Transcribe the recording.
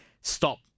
stop